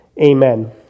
Amen